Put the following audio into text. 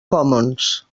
commons